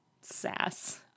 Sass